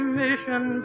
mission